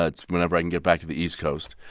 ah it's whenever i can get back to the east coast.